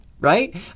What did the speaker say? right